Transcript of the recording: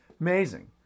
amazing